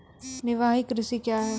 निवाहक कृषि क्या हैं?